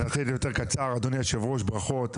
אדוני היושב-ראש, ברכות.